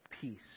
Peace